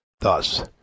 Thus